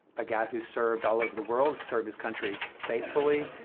a guy who served all over the world, served his country faithfully,